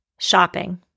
shopping